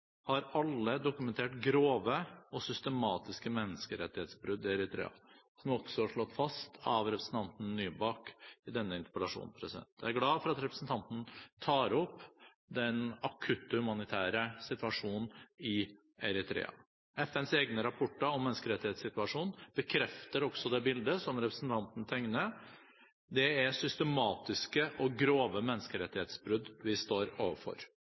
har alle dokumentert grove og systematiske menneskerettighetsbrudd i Eritrea, som det også er slått fast av representanten Nybakk i denne interpellasjonen. Jeg er glad for at representanten tar opp den akutte humanitære situasjonen i Eritrea. FNs egne rapporter om menneskerettighetssituasjonen bekrefter også det bildet som representanten tegner. Det er systematiske og grove menneskerettighetsbrudd vi står overfor.